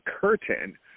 curtain